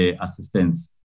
assistance